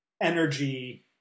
energy